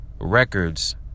records